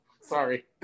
Sorry